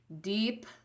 Deep